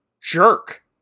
jerk